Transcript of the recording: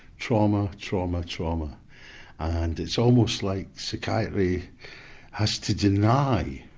trauma, trauma, trauma and it's almost like psychiatry has to deny